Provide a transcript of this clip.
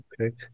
Okay